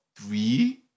three